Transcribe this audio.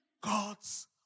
God's